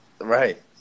Right